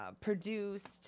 produced